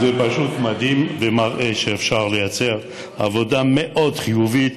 וזה פשוט מדהים ומראה שאפשר לייצר עבודה מאוד חיובית,